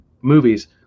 movies